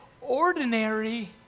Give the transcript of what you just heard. ordinary